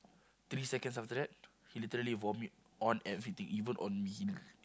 three seconds after that he literally vomit on everything even on me